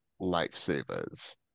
lifesavers